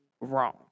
wrong